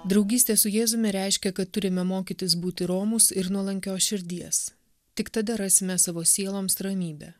draugystė su jėzumi reiškia kad turime mokytis būti romūs ir nuolankios širdies tik tada rasime savo sieloms ramybę